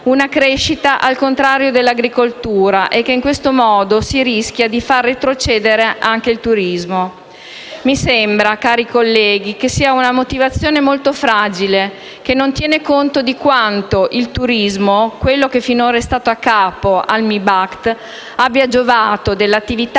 una crescita, al contrario dell'agricoltura, e che in tal modo si rischia di farlo retrocedere. Mi sembra, cari colleghi, che sia una motivazione molto fragile, che non tiene conto di quanto il turismo, che finora è stato in capo al MIBACT, abbia giovato dell'attività